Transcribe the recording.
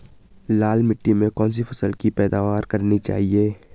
लाल मिट्टी में कौन सी फसल की पैदावार करनी चाहिए?